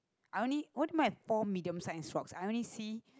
I only what do you my four medium sized rocks I only see